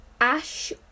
Ash